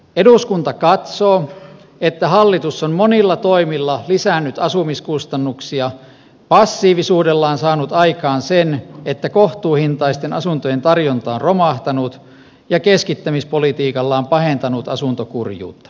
eduskunta katsoo että hallitus on monilla toimilla lisännyt asumiskustannuksia passiivisuudellaan saanut aikaan sen että kohtuuhintaisten asuntojen tarjonta on romahtanut ja keskittämispolitiikallaan pahentanut asuntokurjuutta